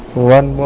one